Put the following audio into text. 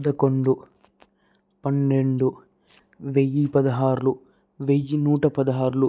పదకొండు పన్నెండు వెయ్యిపదహార్లు వెయ్యి నూటపదహార్లు